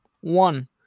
one